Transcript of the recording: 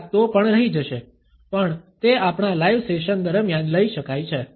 થોડાક તો પણ રહી જશે પણ તે આપણા લાઈવ સેશન દરમિયાન લઈ શકાય છે